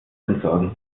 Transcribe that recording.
entsorgen